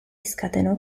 scatenò